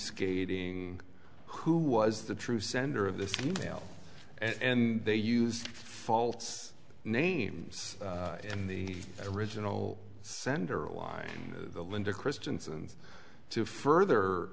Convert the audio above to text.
skating who was the true sender of this and they used faults names in the original sender align the linda christiansen's to further